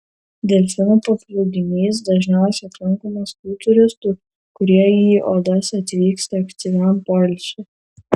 delfinų paplūdimys dažniausiai aplankomas tų turistų kurie į odesą atvyksta aktyviam poilsiui